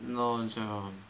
no Jerome